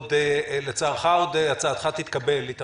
לצערך, עוד הצעתך תתקבל, איתמר.